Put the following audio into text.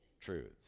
truths